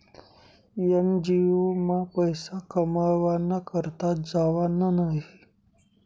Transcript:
NGO मा पैसा कमावाना करता जावानं न्हयी